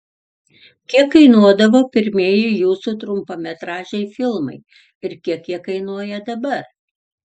kiek kainuodavo pirmieji jūsų trumpametražiai filmai ir kiek jie kainuoja dabar